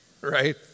right